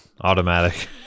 automatic